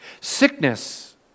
Sickness